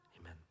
Amen